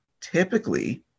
Typically